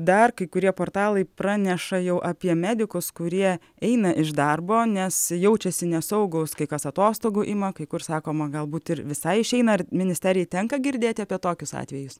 dar kai kurie portalai praneša jau apie medikus kurie eina iš darbo nes jaučiasi nesaugūs kai kas atostogų ima kai kur sakoma galbūt ir visai išeina ar ministerijai tenka girdėti apie tokius atvejus